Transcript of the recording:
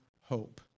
hope